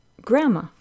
grandma